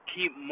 Keep